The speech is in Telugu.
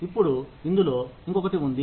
ఇప్పుడు ఇందులో ఇంకొకటి ఉంది